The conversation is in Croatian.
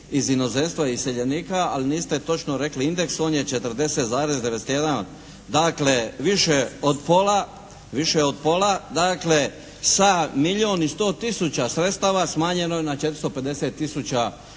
iz inozemstva, iseljenika ali niste točno rekli indeks. On je 40,91, dakle više od pola. Dakle, sa milijun i 100 tisuća sredstava smanjeno je na 450 tisuća